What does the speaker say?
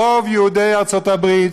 רוב יהודי ארצות הברית,